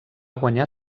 guanyar